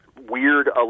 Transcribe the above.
weird